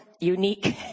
unique